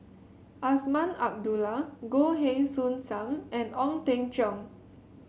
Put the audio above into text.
Azman Abdullah Goh Heng Soon Sam and Ong Teng Cheong